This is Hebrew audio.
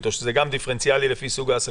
או שזה גם דיפרנציאלי לפי סוג העסקים?